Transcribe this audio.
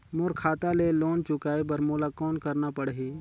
मोर खाता ले लोन चुकाय बर मोला कौन करना पड़ही?